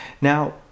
Now